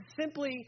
simply